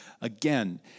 again